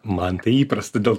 man tai įprasta dėl